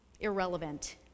irrelevant